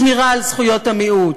השמירה על זכויות המיעוט.